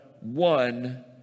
one